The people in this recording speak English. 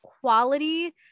quality